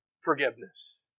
forgiveness